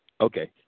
Okay